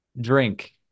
Drink